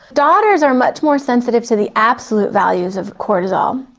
daughters are much more sensitive to the absolute values of cortisol.